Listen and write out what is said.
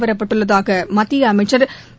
வரப்பட்டுள்ளதாக மத்திய அமைச்ச் திரு